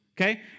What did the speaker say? okay